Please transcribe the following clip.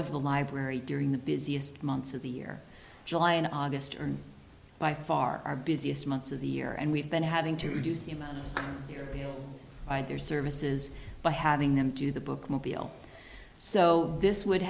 of the library during the busiest months of the year july and august and by far our busiest months of the year and we've been having to reduce the amount of their services by having them do the bookmobile so this would